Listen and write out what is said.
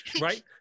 Right